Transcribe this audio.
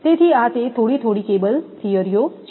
તેથી આ તે થોડી થોડી કેબલ થિયરીઓ છે